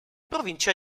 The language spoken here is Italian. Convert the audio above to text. provincia